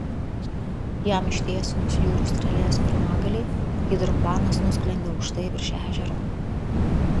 jam ištiesinus jūrų strėlės pirmgalį hidroplanas nusklendė aukštai virš ežero